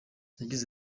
yagize